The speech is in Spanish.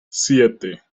siete